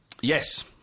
Yes